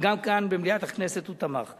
וגם כאן במליאת הכנסת הוא תמך.